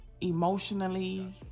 emotionally